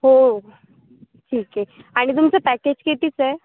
हो ठीक आहे आणि तुमचं पॅकेज कितीच आहे